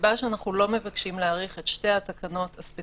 הסיבה שאנחנו לא מבקשים להאריך את שתי ההוראות